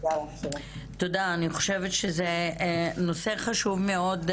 אני חושבת שזה נושא חשוב מאוד,